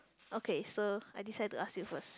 okay so I decide to ask you first